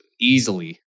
easily